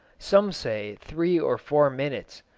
some say three or four minutes.